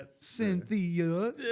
cynthia